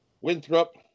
Winthrop